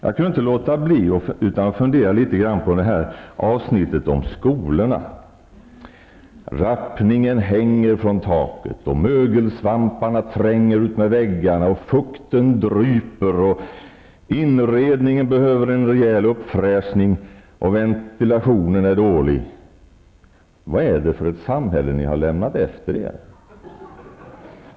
Jag kan inte låta bli att litet fundera över avsnittet om skolorna. Rappningen hänger från taket, mögelsvamparna tränger utmed väggarna, fukten dryper, inredningen behöver en rejäl uppfräschning och ventilationen är dålig. Vad är det för ett samhälle som ni har lämnat efter er egentligen?